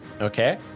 Okay